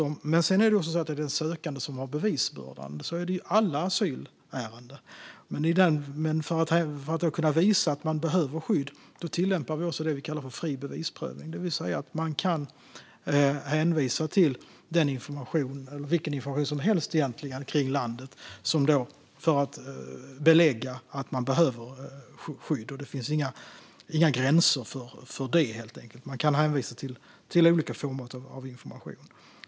Men det är den sökande som har bevisbördan, och så är det i alla asylärenden. För att kunna visa att man behöver skydd tillämpar vi det som vi kallar för fri bevisbörda, det vill säga att man kan hänvisa till egentligen vilken information som helst kring landet för att belägga att man behöver skydd. Det finns inga gränser för detta, utan man kan hänvisa till olika former av information.